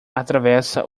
atravessa